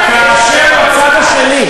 על, כאשר בצד השני,